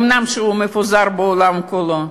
שאומנם מפוזר בעולם כולו.